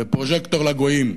ופרוז'קטור לגויים,